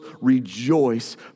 rejoice